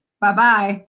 Bye-bye